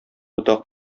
ботак